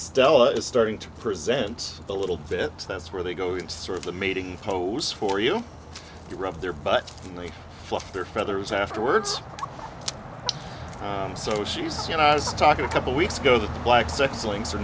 still is starting to present the little bit that's where they go in sort of the mating pose for you you're up there but only fluff their feathers afterwards so she's you know i was talking a couple weeks ago that black sex links are